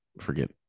forget